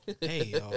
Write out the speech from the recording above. Hey